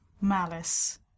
malice